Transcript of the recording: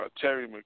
Terry